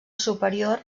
superior